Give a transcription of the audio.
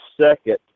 second